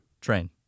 Train